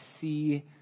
see